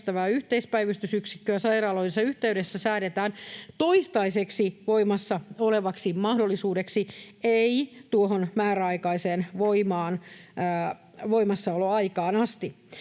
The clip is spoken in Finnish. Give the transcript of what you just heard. yhteispäivystysyksikköä sairaaloidensa yhteydessä säädetään toistaiseksi voimassa olevaksi mahdollisuudeksi, ei tuohon määräaikaiseen voimassaoloaikaan asti.